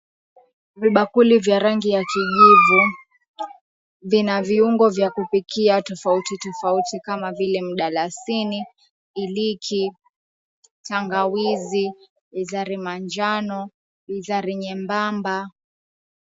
Vibakuli vya rangi ya kijivu vina viungo vya kupikia tofauti tofauti kama vile mdalasini, iliki, tangawizi, bizari manjano, bizari nyembamba.